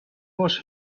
was